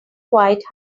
quite